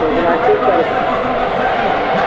तऽ ओकरा की करबै आँइ